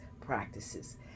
practices